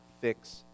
fix